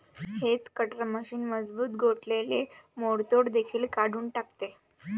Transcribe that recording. hedge cutter machine मजबूत गोठलेले मोडतोड देखील काढून टाकते